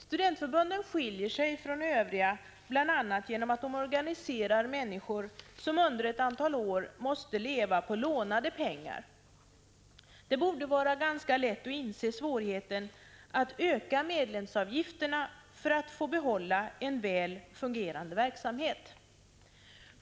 Studentförbunden skiljer sig från övriga intresseorganisationer bl.a. genom att de organiserar människor som under ett antal år måste leva på lånade pengar. Det borde vara ganska lätt att inse hur svårt det är för studentförbunden att genom ökade medlemsavgifter behålla en väl fungerande verksamhet.